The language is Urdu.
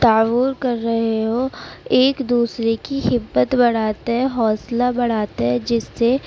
تعاون کر رہے ہوں ایک دوسرے کی ہمت بڑھاتے ہیں حوصلہ بڑھاتے ہیں جس سے